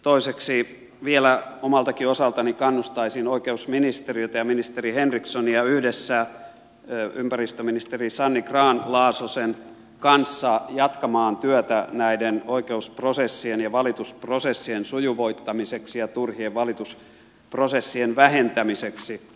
toiseksi vielä omaltakin osaltani kannustaisin oikeusministeriötä ja ministeri henrikssonia yhdessä ympäristöministeri sanni grahn laasosen kanssa jatkamaan työtä näiden oikeusprosessien ja valitusprosessien sujuvoittamiseksi ja turhien valitusprosessien vähentämiseksi